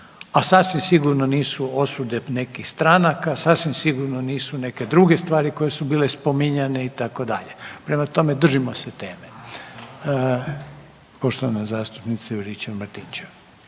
a sasvim sigurno nisu osude nekih stranaka, sasvim sigurno nisu neke druge stvari koje su bile spominjane itd. Prema tome, držimo se teme. Poštovana zastupnica Juričev-Martinčev.